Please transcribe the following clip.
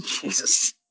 Jesus